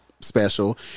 special